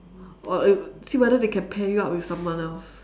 or see whether they can pair you up with someone else